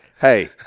Hey